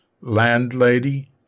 landlady